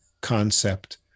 concept